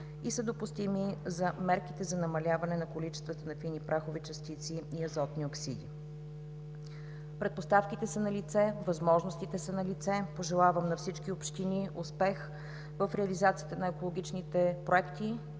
и са допустими за мерките за намаляване количествата на фини прахови частици и азотни оксиди. Предпоставките са налице, възможностите са налице. Пожелавам на всички общини успех в реализацията на екологичните проекти